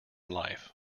life